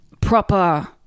proper